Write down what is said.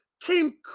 came